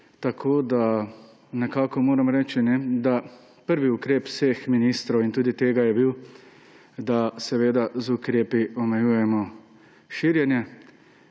Tako moram nekako reči, da prvi ukrep vseh ministrov in tudi tega je bil, da z ukrepi omejujejo širjenje.